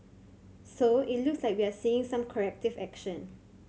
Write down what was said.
so it looks like we are seeing some corrective action